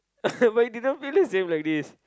but it didn't feel the same like this